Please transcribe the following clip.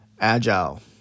agile